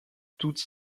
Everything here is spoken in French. tout